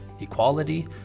equality